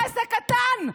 אני יודעת מה זה עסק קטן.